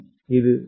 இது சி